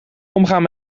omgaan